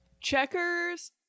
Checkers